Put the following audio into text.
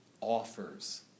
offers